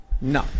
no